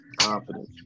Confidence